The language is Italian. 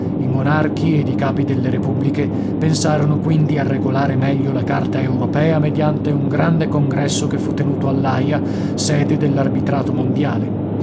monarchi ed i capi delle repubbliche pensarono quindi a regolare meglio la carta europea mediante un grande congresso che fu tenuto all'aia sede dell'arbitrato mondiale